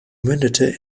mündete